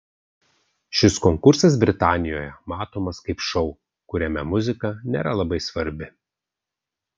šis konkursas britanijoje matomas kaip šou kuriame muzika nėra labai svarbi